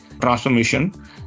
transformation